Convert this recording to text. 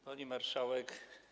Pani Marszałek!